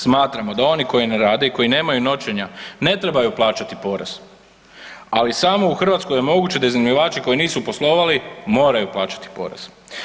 Smatramo da oni koji ne rade i koji nemaju noćenja ne trebaju plaćati porez, ali samo u Hrvatskoj je moguće da iznajmljivači koji nisu poslovali moraju plaćati porez.